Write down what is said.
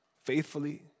faithfully